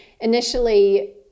initially